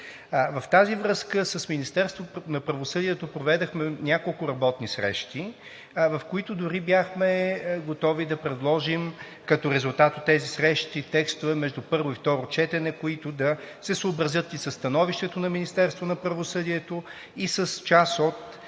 на правосъдието проведохме няколко работни срещи, в които дори бяхме готови да предложим като резултат от тези срещи текстове между първо и второ четене, които да се съобразят и със становището на Министерството